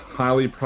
highly